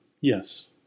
Yes